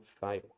fail